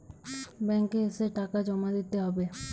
Bank এ এসে টাকা জমা দিতে হবে?